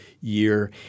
year